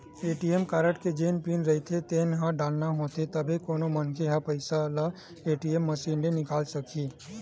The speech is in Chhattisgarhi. ए.टी.एम कारड के जेन पिन रहिथे तेन ल डालना होथे तभे कोनो मनखे ह पइसा ल ए.टी.एम मसीन ले निकाले सकही